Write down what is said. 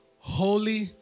Holy